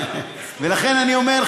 ולכן אני אומר,